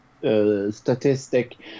Statistic